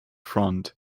front